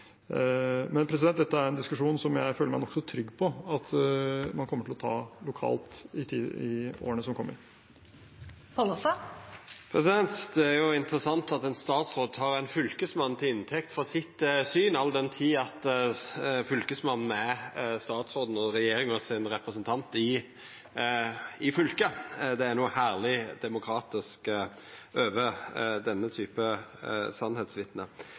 Men dette er en diskusjon som jeg føler meg nokså trygg på at man kommer til å ta lokalt i årene som kommer. Det er jo interessant at statsråden tek Fylkesmannen til inntekt for sitt syn, all den tid Fylkesmannen er statsråden og regjeringa sin representant i fylket. Det er noko herleg demokratisk over denne type